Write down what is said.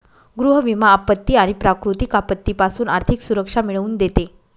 गृह विमा आपत्ती आणि प्राकृतिक आपत्तीपासून आर्थिक सुरक्षा मिळवून देते